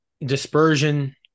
dispersion